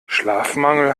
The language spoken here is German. schlafmangel